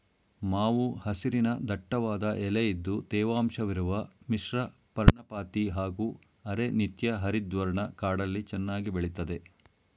ಮಾವು ಹಸಿರಿನ ದಟ್ಟವಾದ ಎಲೆ ಇದ್ದು ತೇವಾಂಶವಿರುವ ಮಿಶ್ರಪರ್ಣಪಾತಿ ಹಾಗೂ ಅರೆ ನಿತ್ಯಹರಿದ್ವರ್ಣ ಕಾಡಲ್ಲಿ ಚೆನ್ನಾಗಿ ಬೆಳಿತದೆ